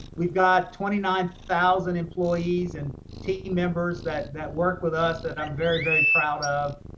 we've got twenty nine thousand employees and team members that that work with us, that i'm very, very proud of.